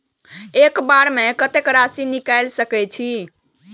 एक बार में कतेक राशि निकाल सकेछी?